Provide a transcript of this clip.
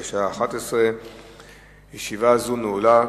בשעה 11:00. ישיבה זו נעולה.